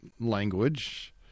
language